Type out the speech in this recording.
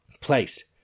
placed